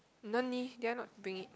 did I not bring it